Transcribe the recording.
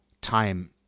time